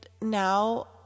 now